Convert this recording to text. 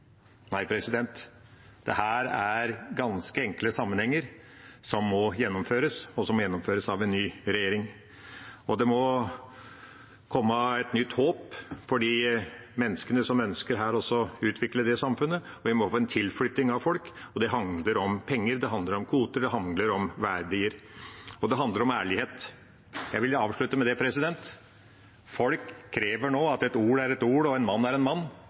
Nei, dette er ganske enkle sammenhenger som må gjennomføres, og som må gjennomføres av en ny regjering. Det må komme et nytt håp for de menneskene som ønsker å utvikle det samfunnet, og vi må få en tilflytting av folk. Det handler om penger, det handler om kvoter, det handler om verdier – og det handler om ærlighet. Jeg vil avslutte med det. Folk krever nå at et ord er et ord og en mann er en mann,